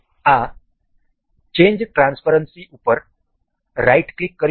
આ change transparency ઉપર right click કરીશું